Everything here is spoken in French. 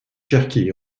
cherki